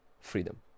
freedom